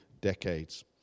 decades